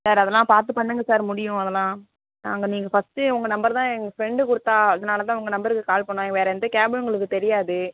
sir அதெலாம் பார்த்து பண்ணுங்கள் சார் முடியும் அதெலாம் நாங்கள் நீங்கள் ஃபர்ஸ்ட் டே உங்கள் நம்பர் தான் எங் ஃப்ரெண்டு கொடுத்தா அதனால தான் உங்கள் நம்பருக்கு கால் பண்ணோம் வேற எந்த கேபும் எங்களுக்கு தெரியாது